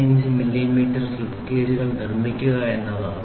635 മില്ലിമീറ്ററിന് സ്ലിപ്പ് ഗേജുകൾ നിർമ്മിക്കുക എന്നതാണ്